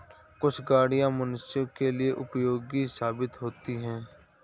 कुछ गाड़ियां मनुष्यों के लिए उपयोगी साबित होती हैं